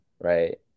right